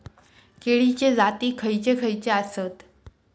केळीचे जाती खयचे खयचे आसत?